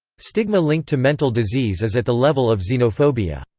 stigma linked to mental disease is at the level of xenophobia.